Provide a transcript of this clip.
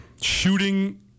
shooting